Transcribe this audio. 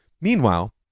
Meanwhile